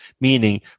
meaning